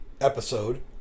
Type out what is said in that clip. episode